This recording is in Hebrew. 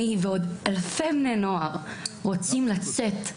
אני ועוד אלפי בני נוער רוצים לצאת,